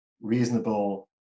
reasonable